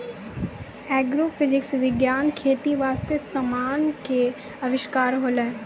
agrophysics विज्ञान खेती बास्ते समान के अविष्कार होलै